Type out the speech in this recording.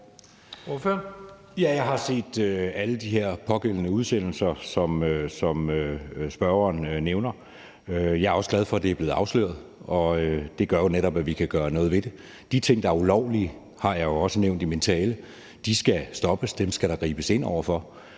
jeg har set alle de her pågældende udsendelser, som spørgeren nævner. Jeg er også glad for, at det er blevet afsløret, og det gør jo netop, at vi kan gøre noget ved det. De ting, der er ulovlige, har jeg også nævnt i min tale: De skal stoppes, dem skal der gribes ind over for.